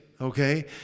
Okay